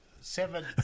seven